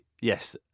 yes